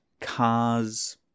cars